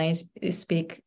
speak